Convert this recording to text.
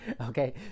Okay